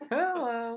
hello